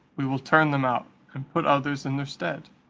we will turn them out, and put others in their stead,